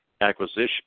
acquisition